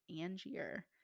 Angier